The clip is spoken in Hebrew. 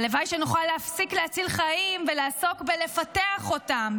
הלוואי שנוכל להפסיק להציל חיים ולעסוק בלפתח אותם,